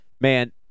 man